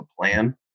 plan